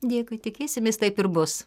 dėkui tikėsimės taip ir bus